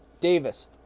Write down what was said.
Davis